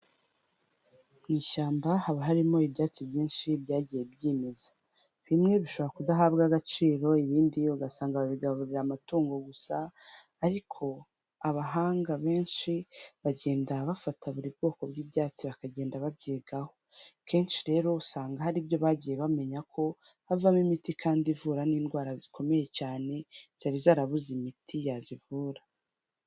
Mu ishyamba haba harimo ibyatsi byinshi byagiye byimeza, bimwe bishobora kudahabwa agaciro ibindi ugasanga babigaburira amatungo gusa, ariko abahanga benshi bagenda bafata buri bwoko bw'ibyatsi bakagenda babyigaho, kenshi rero usanga hari ibyo bagiye bamenya ko havamo imiti kandi ivura n'indwara zikomeye cyane zari zarabuze imiti yazivura.